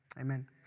amen